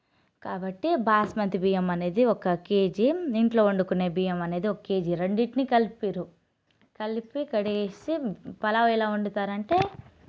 కాబట్టి బాస్మతి బియ్యం అనేది ఒక కేజీ ఇంట్లో వండుకునే బియ్యం అనేది ఒక కేజీ రెండిటిని కలిపి కలిపి కడిగేసి పలావు ఎలా వండుతారంటే